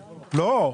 לא.